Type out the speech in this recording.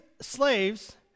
slaves